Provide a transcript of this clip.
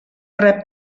rep